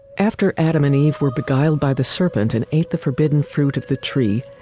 after adam and eve were beguiled by the serpent and ate the forbidden fruit of the tree,